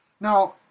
Now